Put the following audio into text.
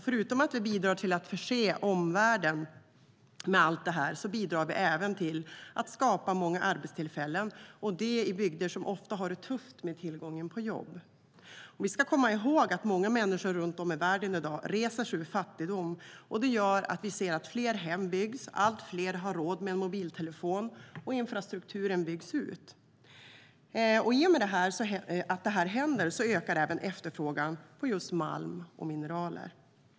Förutom att vi bidrar till att förse omvärlden med allt detta bidrar vi till att skapa många arbetstillfällen, och det i bygder som ofta har det tufft med tillgången på jobb. Vi ska komma ihåg att många människor runt om i världen i dag reser sig ur fattigdom. Det gör att vi ser att fler hem byggs, att allt fler har råd med en mobiltelefon och att infrastrukturen byggs ut. I och med att det här händer ökar även efterfrågan på just malm och mineraler.